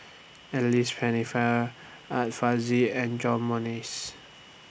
Alice Pennefather Art Fazil and John Morrice